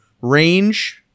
range